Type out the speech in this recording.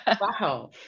Wow